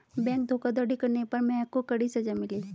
bank धोखाधड़ी करने पर महक को कड़ी सजा मिली